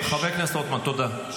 חבר הכנסת רוטמן, תודה.